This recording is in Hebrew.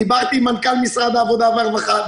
דיברתי עם מנכ"ל משרד העבודה והרווחה,